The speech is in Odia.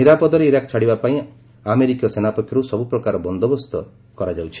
ନିରାପଦରେ ଇରାକ୍ ଛାଡ଼ିବା ପାଇଁ ଆମେରିକୀୟ ସେନା ପକ୍ଷରୁ ସବୁ ପ୍ରକାର ବନ୍ଦୋବସ୍ତ କରାଯାଉଛି